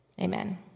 Amen